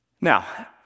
Now